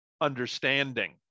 understanding